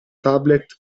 tablet